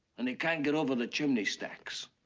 and they can't get over the chimney stacks.